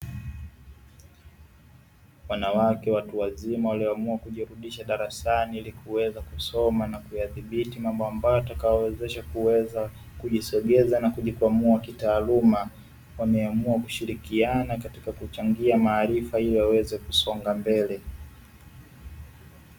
Wanawake watu wazima walioamua kujirudisha darasani ili kuweza kusoma na kuyadhibiti mambo ambayo yatakayo wawezesha kuweza kujisogeza na kujikwamua kitaaluma, wameamua kushirikiana katika kuchangia maarifa ili waweze kusonga mbele.